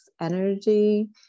energy